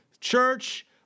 church